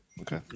Okay